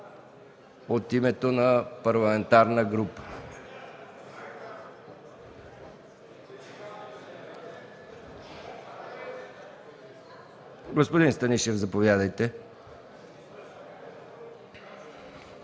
от името на парламентарна група? Господин Станишев, заповядайте.